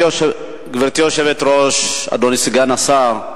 גברתי היושבת-ראש, אדוני סגן השר,